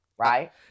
Right